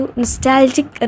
nostalgic